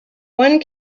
one